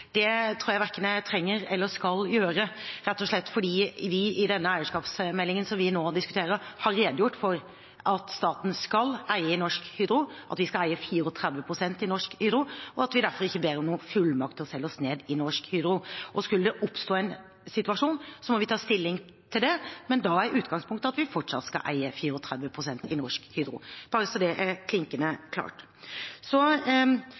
Det tror jeg verken jeg trenger å gjøre eller skal gjøre, rett og slett fordi vi i den eierskapsmeldingen som vi nå diskuterer, har redegjort for at staten skal eie Norsk Hydro, at vi skal eie 34 pst. i Norsk Hydro, og at vi derfor ikke ber om noen fullmakt til å selge oss ned i Norsk Hydro. Skulle det oppstå en situasjon, må vi ta stilling til det, men da er utgangspunktet at vi fortsatt skal eie 34 pst. i Norsk Hydro – bare så det er klinkende klart. Så